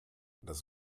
das